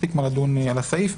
מספיק מה לדון על הסעיף.